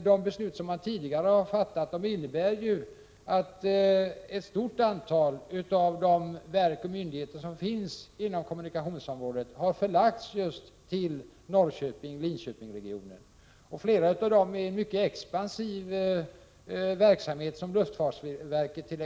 De beslut som tidigare har fattats innebär ju att ett stort antal av de verk och myndigheter som finns inom kommunikationsområdet har förlagts just till Norrköping-Linköping-regionen, och flera av dem har en mycket expansiv verksamhet, t.ex. luftfartsverket.